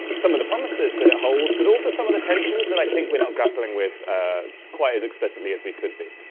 um some of the promises that it holds, but some of the tensions that i think we're now grappling with quite as explicitly as we could be.